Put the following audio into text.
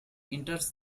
enters